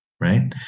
right